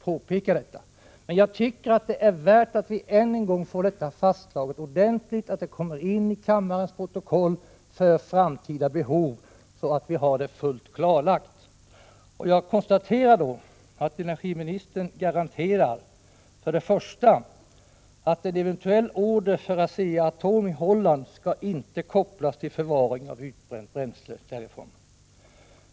Jag tycker emellertid att det är värt att än en gång klargöra vår inställning ordentligt och att det kommer in i kammarens protokoll med tanke på framtida behov. Då har vi det fullt klarlagt. Jag konstaterar att energiministern garanterar för det första att en eventuell order för ASEA-ATOM i Holland inte skall kopplas till förvaring av utbränt bränsle därifrån.